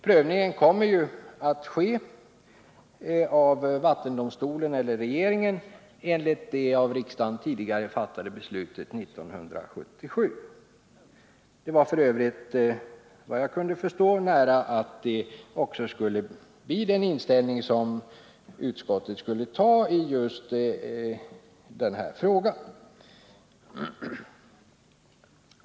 Prövningen kommer att göras av vattendomstolen eller regeringen enligt det av riksdagen år 1977 fattade beslutet. Det var f. ö., såvitt jag kunnat förstå, nära att det också blev den inställning som utskottet intog i just den här frågan.